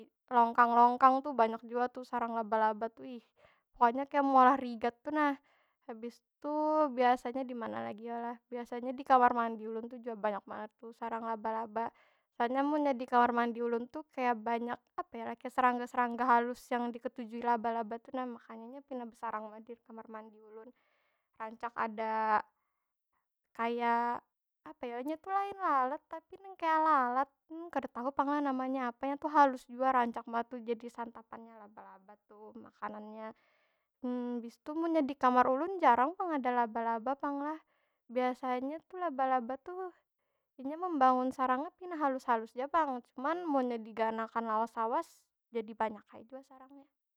Longkang- longkang tu banyak jua tu sarang laba- laba tu ih. kaya meolah rigat tu nah. Habis tu, biasanya dimana lagi yo lah? Biasanya di kamar mandi ulun tu jua banyak banar tu sarang laba- laba. Soalnya munnya di kamar mandi ulun tu, kaya banyak apa yo lah? Kaya serangga- serangga halus yang diketujui laba- laba tu nah. Makannya, nya pina besarang banar di kamar mandi ulun. Rancak ada kaya, apa yo lah? Nya tu lain lalat tapi nang kaya lalat. kada tahu pang lah namanya apa, nya tu halus jua. Rancak ma tu jadi santapannya laba- laba tu, makanannya. Bis tu munnya di kamar ulun, jarang pang ada laba- laba pang lah. Biasanya laba- laba tu, inya membangun sarangnya pina halus- halus ja pang. Cuman, munnya diganakan lawas- lawas jadi banyak ai jua sarangnya.